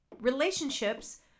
relationships